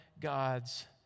God's